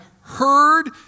heard